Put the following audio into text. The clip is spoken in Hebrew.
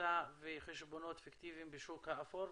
כסחיטה וחשבונות פיקטיביים בשוק האפור.